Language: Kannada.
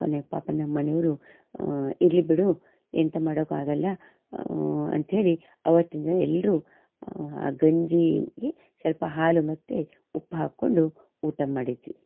ಕೊನೆಗೆ ಪಾಪ ನಮ್ಮನೆಯವ್ರು ಇರಲಿ ಬಿಡು ಎಂತ ಮಾಡೋಕ್ಕಾಗೋಲ್ಲ ಅಂತೇಳಿ ಅವತ್ತಿನ ದಿನ ಎಲ್ಲರೂ ಆ ಗಂಜಿಗೆ ಸ್ವಲ್ಪ ಹಾಲು ಮತ್ತು ಉಪ್ಪು ಹಾಕಿಕೊಂಡು ಊಟ ಮಾಡಿದ್ವಿ